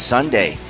Sunday